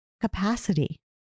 capacity